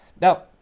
Now